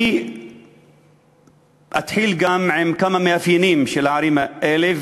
אני אתחיל גם עם כמה מאפיינים של הערים האלה,